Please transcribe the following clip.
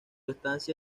estancia